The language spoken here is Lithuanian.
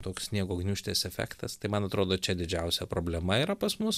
toks sniego gniūžtės efektas tai man atrodo čia didžiausia problema yra pas mus